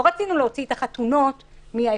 לא רצינו להוציא את החתונות או מסיבות